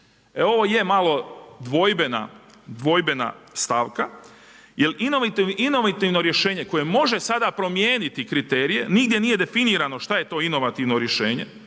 E ovo je malo dvojbena stavka, jer inovativno rješenje koje može sada promijeniti kriterije nigdje nije definirano šta je to inovativno rješenje.